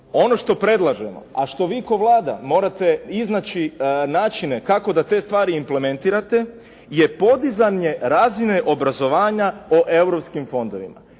ono što predlažemo, a što vi kao Vlada morate iznaći načine kako da te stvari implementirate je podizanje razine obrazovanja po europskim fondovima.